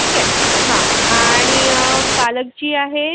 ठीक आहे हं आणि पालक जी आहे